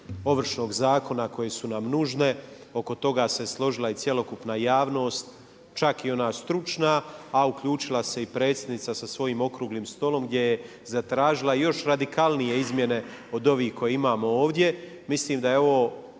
Ovršnog zakona koje su nam nužne. Oko toga se složila i cjelokupna javnost, čak i ona stručna, a uključila se i predsjednica sa svojim okruglim stolom gdje je zatražila još radikalnije izmjene od ovih koje imamo ovdje. Mislim da je ovo